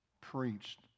preached